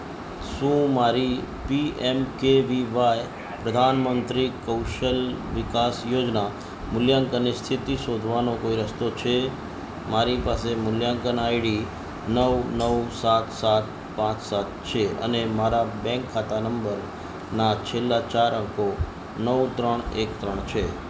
શું મારી પીએમકેવીવાય પ્રધાન મંત્રી કૌશલ વિકાસ યોજના મૂલ્યાંકનની સ્થિતિ શોધવાનો કોઈ રસ્તો છે મારી પાસે મૂલ્યાંકન આઈડી નવ નવ સાત સાત પાંચ સાત છે અને મારા બેન્ક ખાતા નંબર ના છેલ્લાં ચાર અંકો નવ ત્રણ એક ત્રણ છે